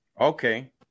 Okay